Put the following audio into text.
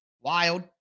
Wild